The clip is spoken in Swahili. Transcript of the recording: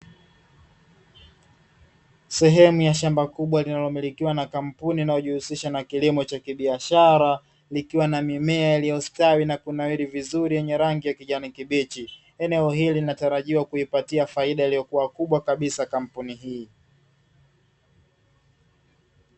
Sehemu ya shamba kubwa linalomilikiwa na kampuni kubwa inayojihusisha na kilimo cha kibiashara, likiwa na mimea iliyostawi na kunawiri vizuri yenye rangi ya kijani kibichi, eneo hili linatarajiwa kuipatia faida iliyokubwa kabisa kampuni hii.